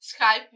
Skype